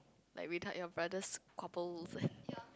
like without your brother's and